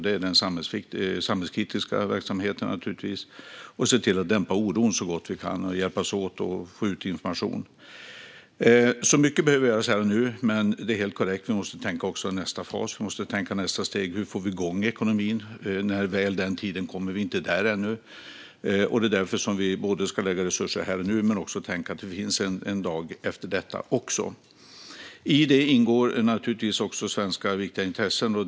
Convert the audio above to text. Det handlar bland annat om att säkra den samhällskritiska verksamheten, att dämpa oron så gott vi kan och att hjälpas åt att få ut information. Mycket behöver göras här och nu, men det är helt korrekt att vi även måste tänka på nästa fas och nästa steg. Hur får vi igång ekonomin när den tiden kommer? Vi är inte där ännu, och därför måste vi både lägga resurser här och nu och tänka att det kommer en tid efter detta. I detta ingår givetvis också viktiga svenska intressen.